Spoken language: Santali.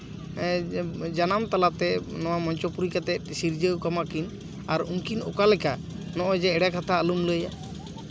ᱡᱟᱱᱟᱢ ᱛᱟᱞᱟᱛᱮ ᱱᱚᱣᱟ ᱢᱚᱧᱪᱚᱯᱩᱨᱤ ᱠᱟᱛᱮ ᱥᱤᱨᱡᱟᱹᱣ ᱠᱟᱢᱟᱠᱤᱱ ᱟᱨ ᱩᱱᱠᱤᱱ ᱚᱠᱟ ᱞᱮᱠᱟ ᱱᱚᱜᱼᱚᱭ ᱡᱮ ᱮᱲᱮ ᱠᱟᱛᱷᱟ ᱟᱞᱚᱢ ᱞᱟᱹᱭᱟ